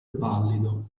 pallido